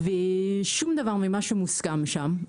ושום דבר ממה שמוסכם שם,